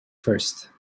first